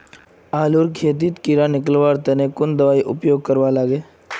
आलूर खेतीत कीड़ा निकलवार तने कुन दबाई उपयोग करवा लगे?